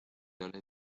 oli